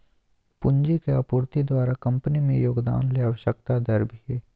पूंजी के आपूर्ति द्वारा कंपनी में योगदान ले आवश्यक दर भी हइ